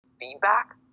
feedback